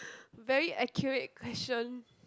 very accurate question